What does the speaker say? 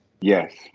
Yes